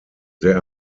there